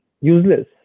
useless